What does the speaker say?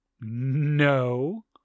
No